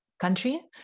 country